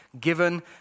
given